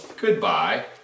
goodbye